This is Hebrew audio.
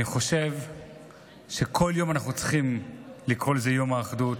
אני חושב שלכל יום אנחנו צריכים לקרוא יום האחדות,